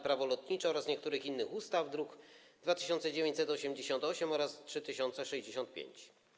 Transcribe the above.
Prawo lotnicze oraz niektórych innych ustaw, druki nr 2988 oraz 3065.